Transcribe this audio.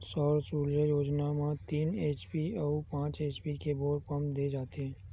सौर सूजला योजना म तीन एच.पी अउ पाँच एच.पी के बोर पंप दे जाथेय